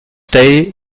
day